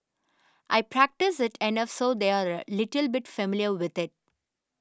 I practice it enough so they're a little bit familiar with it